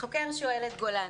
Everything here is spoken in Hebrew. החוקר שואל את גולן: